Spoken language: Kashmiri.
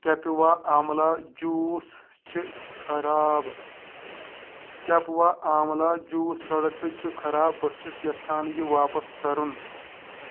کیپِوا آملا جوٗس چھِ خراب کیپِوا آملا جوٗس پرٛوڈکٹ چھُ خراب بہٕ چھُس یژھان یہِ واپَس کرُن